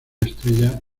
estrella